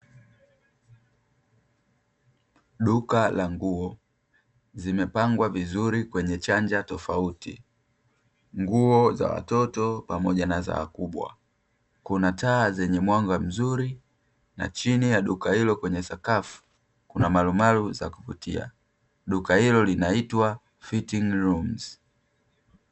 Duka la nguo, zimepangwa vizuri kwenye chanja tofauti, nguo za watoto pamoja na za wakubwa, kuna taa zenye mwanga mzuri na chini ya duka hilo kwenye sakafu kuna marumaru za kuvutia, duka hilo linaitwa Sitting rooms.